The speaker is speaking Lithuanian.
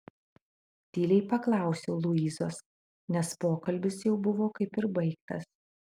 tyliai paklausiau luizos nes pokalbis jau buvo kaip ir baigtas